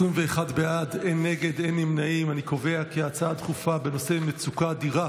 אני קובע כי ההצעה הדחופה בנושא מצוקה אדירה